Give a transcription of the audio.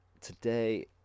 today